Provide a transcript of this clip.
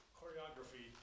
choreography